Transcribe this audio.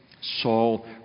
Saul